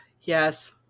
Yes